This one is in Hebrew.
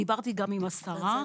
דיברתי גם עם השרה,